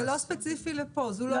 זה לא ספציפי לפה, זאת לא החמרה.